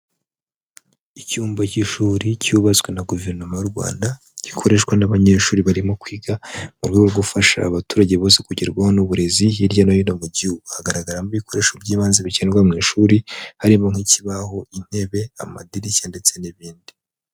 Icyumba cy'ishuri cyubatswe na guverinoma y'u Rwanda, gikoreshwa n'abanyeshuri barimo kwiga mu uburyo rwo gufasha abaturage bose kugerwaho n'uburezi hirya no hino mu gihugu, hagaragaramo ibikoresho by'ibanze bikenerwa mu ishuri harimo nk'ikibaho intebe amadirishya ndetse n'ibindi.